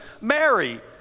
Mary